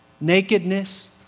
nakedness